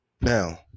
now